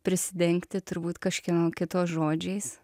prisidengti turbūt kažkieno kito žodžiais